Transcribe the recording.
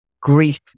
grief